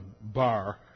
bar